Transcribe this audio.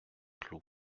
cloud